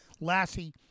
Lassie